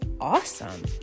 awesome